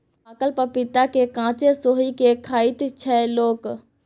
पाकल पपीता केँ कांचे सोहि के खाइत छै लोक